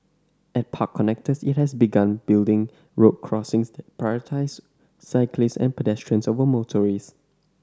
at park connectors it has begun building road crossings that prioritise cyclists and pedestrians over motorists